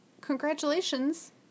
congratulations